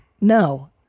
No